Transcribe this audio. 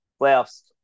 Playoffs